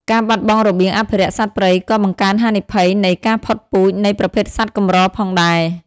ការបាត់បង់របៀងអភិរក្សសត្វព្រៃក៏បង្កើនហានិភ័យនៃ ការផុតពូជនៃប្រភេទសត្វកម្រ ផងដែរ។